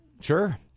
Sure